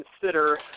consider